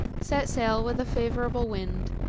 set sail with a favourable wind,